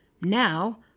Now